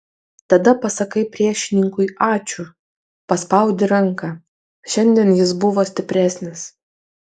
tada pasakai priešininkui ačiū paspaudi ranką šiandien jis buvo stipresnis